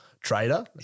trader